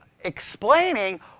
explaining